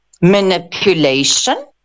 manipulation